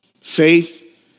Faith